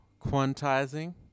quantizing